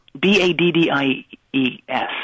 B-A-D-D-I-E-S